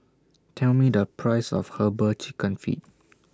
Tell Me The Price of Herbal Chicken Feet